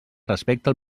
respecte